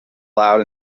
loud